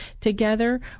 together